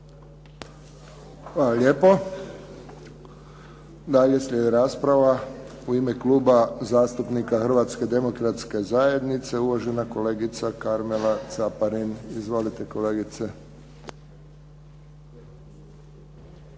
Hvala lijepo. Dalje slijedi rasprava u ime Kluba zastupnika Hrvatske demokratske zajednice, uvažena kolegica Karmela Caparin. Izvolite kolegice